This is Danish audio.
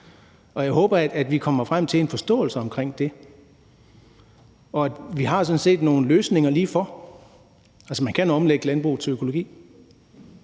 Og jeg håber, at vi kommer frem til en forståelse omkring det, og at vi sådan set har nogle løsninger lige for. Altså, man kan omlægge landbruget til økologi,